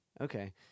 Okay